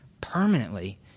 permanently